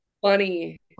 Funny